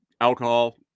alcohol